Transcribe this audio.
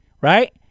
right